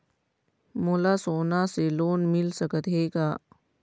मोला सोना से लोन मिल सकत हे का?